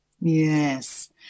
Yes